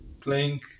playing